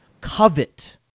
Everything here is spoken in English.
covet